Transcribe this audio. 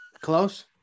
Close